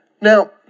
Now